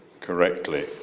correctly